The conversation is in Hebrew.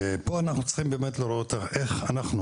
פה אנחנו צריכים לראות איך אנחנו